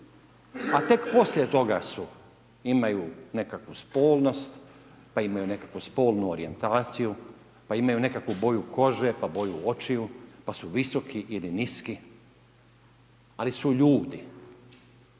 a tek poslije toga su, imaju nekakvu spolnost, pa imaju nekakvu spolnu orijentaciju, pa imaju nekakvu boju kože, pa boju očiju, pa su visoki ili niski, ali su ljudi.